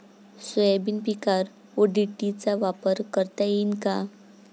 Soybean पिकावर O D T चा वापर करता येईन का?